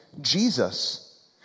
Jesus